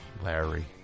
Larry